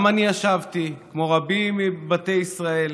גם אני ישבתי, כמו רבים מבתי ישראל,